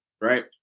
right